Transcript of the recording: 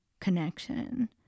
connection